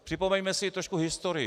Připomeňme si trošku historii.